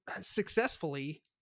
successfully